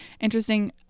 interesting